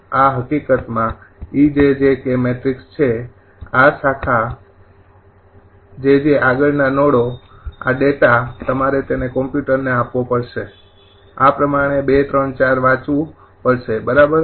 આ હકીકતમાં 𝑒𝑗𝑗𝑘 મેટ્રિક્સ છેઆ શાખા jj આગળના નોડો આ ડેટા તમારે તેને કમ્પ્યુટરને આપવો પડશે આ આપણે ૨ 3 ૪ વાચવું પડશે બરોબર